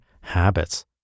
habits